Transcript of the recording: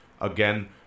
Again